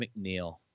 McNeil